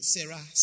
Sarah